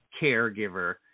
caregiver